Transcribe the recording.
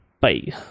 Bye